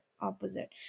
opposite